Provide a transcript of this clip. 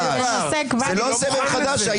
זה לא סבב חדש.